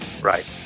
Right